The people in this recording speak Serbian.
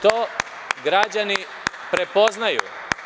To građani prepoznaju.